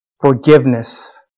forgiveness